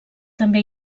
també